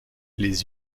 les